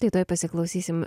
tai tuoj pasiklausysim